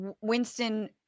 Winston